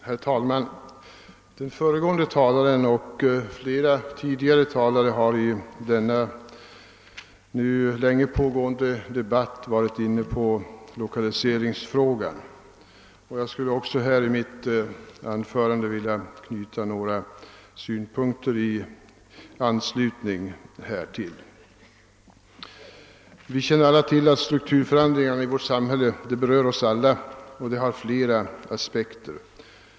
Herr talman! Den föregående talaren och flera tidigare talare i denna långa debatt har varit inne på lokaliseringsfrågan, och även jag vill knyta några synpunkter till den. Strukturförändringarna i vårt samhälle berör oss alla och har flera aspekter.